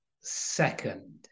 second